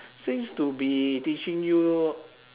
seems to be teaching you